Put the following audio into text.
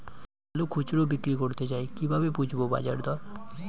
আলু খুচরো বিক্রি করতে চাই কিভাবে বুঝবো বাজার দর?